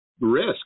risk